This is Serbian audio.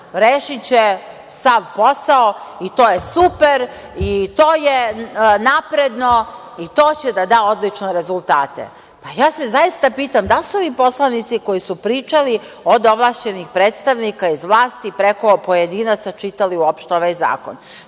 rešiće sav posao i to je super i to je napredno i to će da da odlične rezultate. Ja se zaista pitam da li su ovi poslanici koji su pričali od ovlašćenih predstavnika iz vlasti preko pojedinaca uopšte čitali ovaj zakon?